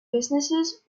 businesses